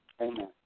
Amen